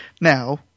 Now